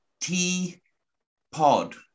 T-POD